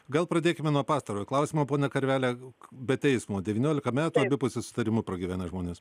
gal pradėkime nuo pastarojo klausimo ponia be teismo devyniolika metų abipusiu sutarimu pragyvenę žmonės